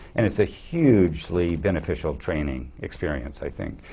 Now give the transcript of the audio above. and it's a hugely beneficial training experience, i think.